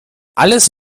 alles